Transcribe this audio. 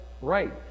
right